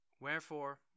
Wherefore